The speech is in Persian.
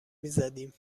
میزدیم